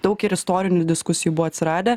daug ir istorinių diskusijų buvo atsiradę